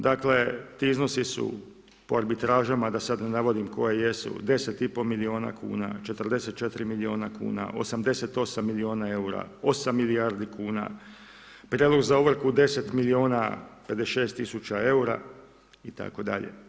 Dakle ti iznosi su po arbitražama, a da sada ne navodim koje jesu 10,5 milijuna kuna, 44 milijuna kuna, 88 milijuna eura, 8 milijardi kuna, prijedlog za ovrhu 10 milijuna 56 tisuća eura itd.